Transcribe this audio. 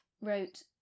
wrote